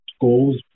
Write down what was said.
goals